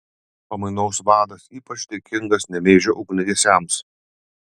pamainos vadas ypač dėkingas nemėžio ugniagesiams